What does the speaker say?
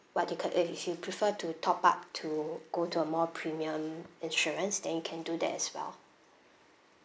but you could if you prefer to top up to go to a more premium insurance then you can do that as well